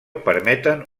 permeten